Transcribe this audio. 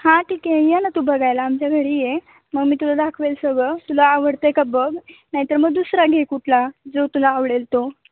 हां ठीक आहे ये ना तू बघायला आमच्या घरी ये मग मी तुला दाखवेल सगळं तुला आवडतं आहे का बघ नाही तर मग दुसरा घे कुठला जो तुला आवडेल तो